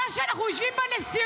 אתם כל היום בוכים.